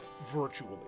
virtually